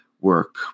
work